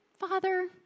Father